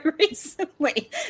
recently